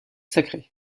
sacrée